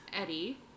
Eddie